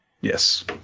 Yes